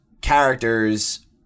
characters